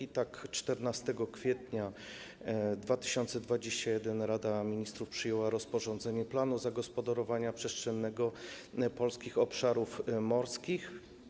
I tak 14 kwietnia 2021 r. Rada Ministrów przyjęła rozporządzenie dotyczące planu zagospodarowania przestrzennego polskich obszarów morskich.